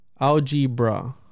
algebra